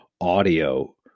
audio